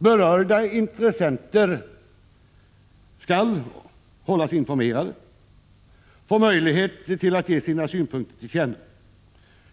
Berörda intressenter skall hållas informerade och få möjlighet att ge sina synpunkter till känna.